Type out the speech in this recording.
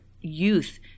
youth